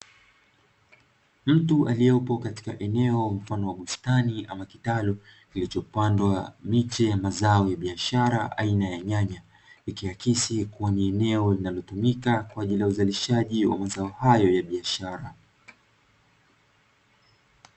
Mtu aliyepo katika eneo mfano wa bustani ama kitalu kilichopandwa miche ya mazao ya biashara aina ya nyanya, ikiakisi kuwa ni eneo linalotumika kwa ajili ya uzalishaji wa mazao hayo ya biashara.